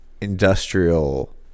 industrial